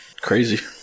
Crazy